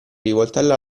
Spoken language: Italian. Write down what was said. rivoltella